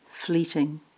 Fleeting